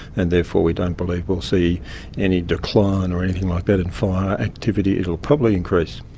and therefore we don't believe we'll see any decline or anything like that in fire activity. it will probably increase.